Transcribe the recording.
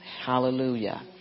Hallelujah